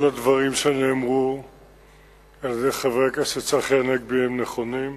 כל הדברים שאמר חבר הכנסת צחי הנגבי הם נכונים.